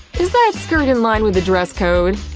is that skirt in line with the dress code?